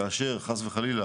כאשר חס וחלילה